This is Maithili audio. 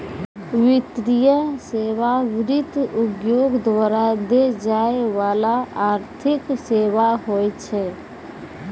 वित्तीय सेवा, वित्त उद्योग द्वारा दै जाय बाला आर्थिक सेबा होय छै